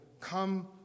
Come